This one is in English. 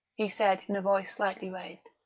he said in a voice slightly raised.